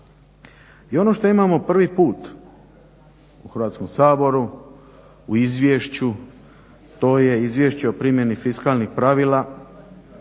I ono što imamo prvi put u Hrvatskom saboru, u izvješću to je Izvješće o primjeni fiskalnih pravila